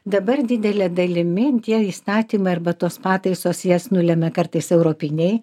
dabar didele dalimi tie įstatymai arba tos pataisos jas nulemia kartais europiniai